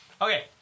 Okay